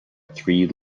three